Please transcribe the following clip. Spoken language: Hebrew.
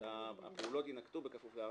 שהפעולות יינקטו בכפוף ב-4(2),